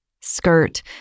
skirt